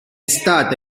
stata